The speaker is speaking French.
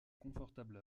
confortable